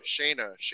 Shayna